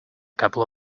couple